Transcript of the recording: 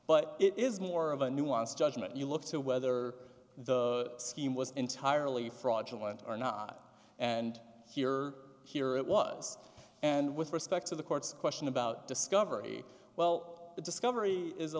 it is more of a nuanced judgement you look to whether the scheme was entirely fraudulent or not and if you're here it was and with respect to the court's question about discovery well the discovery is a